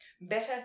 better